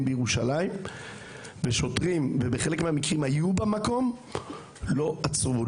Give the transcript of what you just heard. בירושלים ובחלק מהמקרים היו שוטרים במקום שלא עצרו,